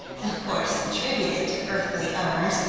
of course attributed to earthly owners,